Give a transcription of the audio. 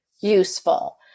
useful